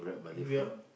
yeah